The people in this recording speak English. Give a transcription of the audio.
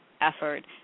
effort